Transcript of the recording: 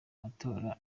amatora